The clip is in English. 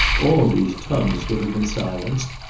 all these tongues would have been silenced,